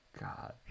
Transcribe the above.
God